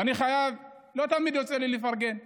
ואני חייב, לא תמיד יוצא לי לפרגן,